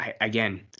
again